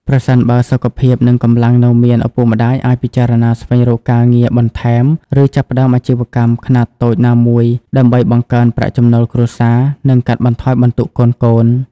ប្រសិនបើសុខភាព និងកម្លាំងនៅមាន ឪពុកម្ដាយអាចពិចារណាស្វែងរកការងារបន្ថែម ឬចាប់ផ្ដើមអាជីវកម្មខ្នាតតូចណាមួយ ដើម្បីបង្កើនប្រាក់ចំណូលគ្រួសារ និងកាត់បន្ថយបន្ទុកកូនៗ។